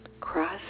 Cross